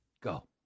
Go